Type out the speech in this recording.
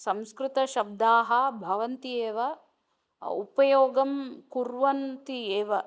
संस्कृतशब्दाः भवन्ति एव उपयोगं कुर्वन्ति एव